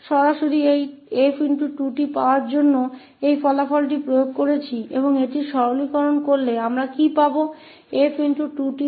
तो हमने इस 𝑓2𝑡 को प्राप्त करने के लिए इस परिणाम को सीधे लागू किया है और इसके सरलीकरण पर हमें क्या मिलेगा